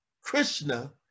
Krishna